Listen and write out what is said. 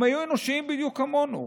הם היו אנושיים בדיוק כמונו,